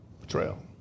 Betrayal